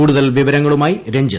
കൂടുതൽ വിവരങ്ങളുമായി രഞ്ജിത്ത്